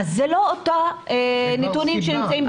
אז אלה לא אותם נתונים שנמצאים בקנדה.